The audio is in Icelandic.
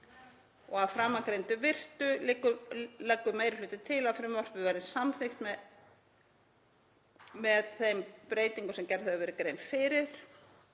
Að framangreindu virtu leggur meiri hlutinn til að frumvarpið verði samþykkt með þeim breytingum sem gerð hefur verið grein fyrir.